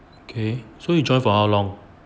okay so you join for how long